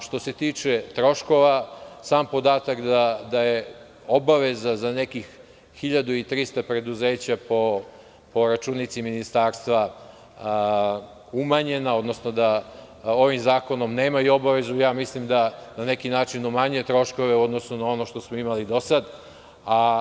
Što se tiče troškova, sam podatak da je obaveza za nekih 1.300 preduzeća po računici Ministarstva umanjena, odnosno da ovim zakonom nemaju obavezu, mislim da na neki način umanjuje troškove u odnosu na ono što smo imali do sada.